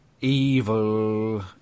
evil